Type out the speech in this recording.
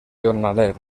jornaler